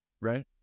right